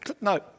no